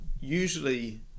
usually